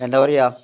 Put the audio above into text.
എന്താ പറയുക